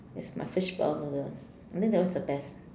yes my fishball noodle I think that one is the best